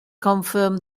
confirm